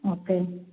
okay